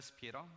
Peter